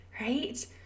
right